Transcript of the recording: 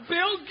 Bill